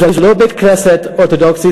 כי זה לא-בית כנסת אורתודוקסי,